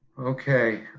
okay.